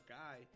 guy